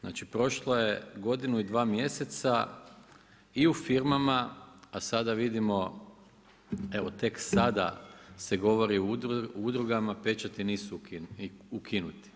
Znači prošlo je godinu i dva mjeseca, i u firmama a sada vidimo evo tek sada se govori o udrugama, pečati nisu ukinuti.